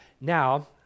Now